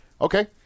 Okay